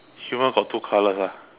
human got two colors ah